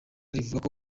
rivuga